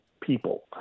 people